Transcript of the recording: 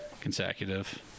consecutive